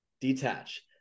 detach